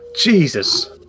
Jesus